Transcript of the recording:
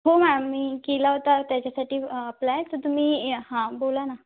हो मॅम मी केला होता त्याच्यासाठी अप्लाय तर तुम्ही हां बोला ना